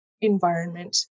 environment